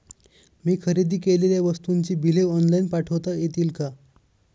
मी खरेदी केलेल्या वस्तूंची बिले ऑनलाइन पाठवता येतील का?